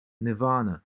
Nirvana